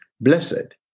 Blessed